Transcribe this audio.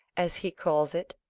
as he calls it.